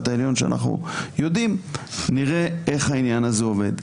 העליון שאנחנו יודעים ונראה איך העניין הזה עובד.